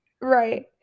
right